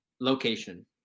location